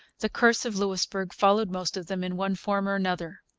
the curse of louisbourg followed most of them, in one form or another.